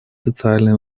социальные